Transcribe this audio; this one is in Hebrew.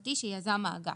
תעסוקתי שיזם האגף.